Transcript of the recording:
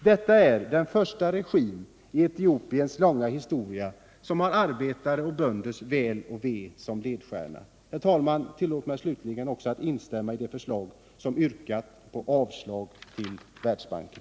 Detta är den första regim i Etiopiens långa historia som har arbetares och bönders väl och ve som ledstjärna. Herr talman! Tillåt mig slutligen också instämma i de förslag som yrkat avslag till anslag till Världsbanken.